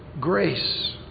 grace